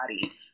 body